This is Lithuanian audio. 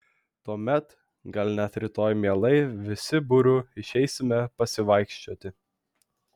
tuomet gal net rytoj mielai visi būriu išeisime pasivaikščioti